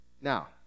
Now